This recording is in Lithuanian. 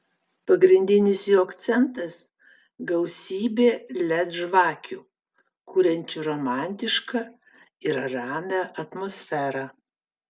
pagrindinis jo akcentas gausybė led žvakių kuriančių romantišką ir ramią atmosferą